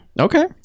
Okay